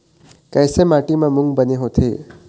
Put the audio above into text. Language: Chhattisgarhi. कइसे माटी म मूंग बने होथे?